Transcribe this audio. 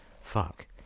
Fuck